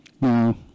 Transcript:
Now